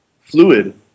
fluid